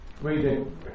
reading